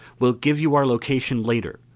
will give you our location later.